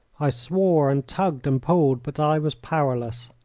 i swore, and tugged, and pulled, but i was powerless.